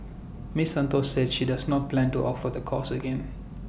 miss Santos said she does not plan to offer the course again